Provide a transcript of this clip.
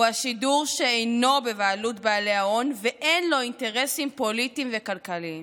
הוא השידור שאינו בבעלות בעלי ההון ואין לו אינטרסים פוליטיים וכלכליים.